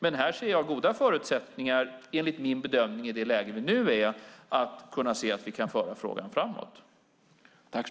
Jag ser goda förutsättningar att föra frågan framåt i det läge vi nu befinner oss.